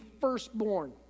firstborn